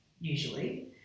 usually